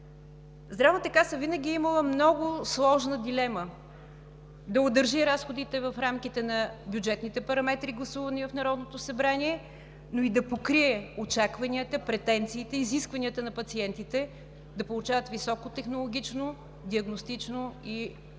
Здравната каса винаги е имала много сложна дилема – да удържи разходите в рамките на бюджетните параметри, гласувани в Народното събрание, но и да покрие очакванията, претенциите, изискванията на пациентите да получават високотехнологични и диагностични лечебни